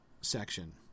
section